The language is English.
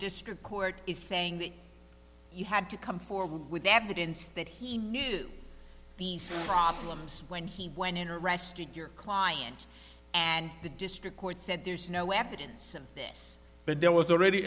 district court is saying he had to come forward with evidence that he knew these problems when he went in arresting your client and the district court said there's no evidence of this but there was already